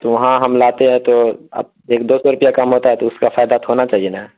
تو وہاں ہم لاتے ہیں تو اب ایک دو پیٹیاں کم ہوتا ہے تو اس کا فائدہ تو ہونا چاہیے نا